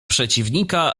przeciwnika